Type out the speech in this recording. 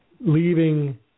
leaving